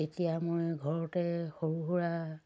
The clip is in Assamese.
তেতিয়া মই ঘৰতে সৰু সুৰা